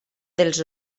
dels